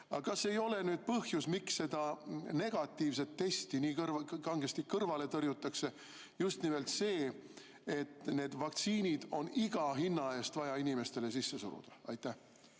Kas ei ole põhjus, miks seda negatiivset testi nii kangesti kõrvale tõrjutakse, just nimelt see, et need vaktsiinid on iga hinna eest vaja inimestele sisse suruda? Tänan